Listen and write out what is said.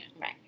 Right